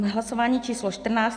Hlasování číslo čtrnáct.